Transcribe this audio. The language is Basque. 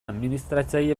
administratzaile